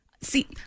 see